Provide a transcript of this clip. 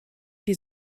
die